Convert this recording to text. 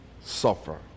suffer